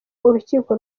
urukiko